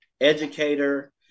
educator